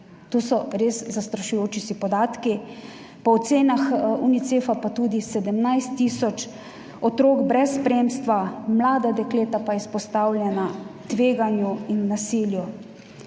To so res zastrašujoči podatki. Po ocenah Unicefa pa tudi 17 tisoč otrok brez spremstva, mlada dekleta pa izpostavljena tveganju in nasilju.